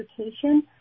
education